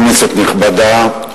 כנסת נכבדה,